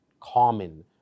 common